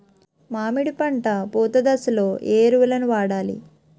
మామిడి పంట పూత దశలో ఏ ఎరువులను వాడాలి?